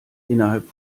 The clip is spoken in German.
innerhalb